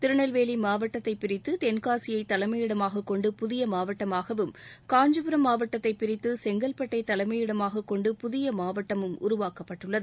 திருநெல்வேலி மாவட்டத்தை பிரித்து தென்காசியை தலைமயிடமாகக் கொண்டு புதிய மாவட்டமாகவும் காஞ்சிபுரம் மாவட்டத்தை பிரித்து செங்கல்பட்டை தலைமையிடமாகக் கொண்டு புதிய மாவட்டழம் உருவாக்கப்பட்டுள்ளது